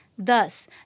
Thus